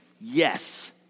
Yes